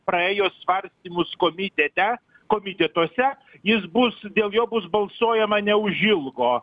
praėjo svarstymus komitete komitetuose jis bus dėl jo bus balsuojama neužilgo